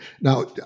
Now